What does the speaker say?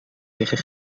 tegen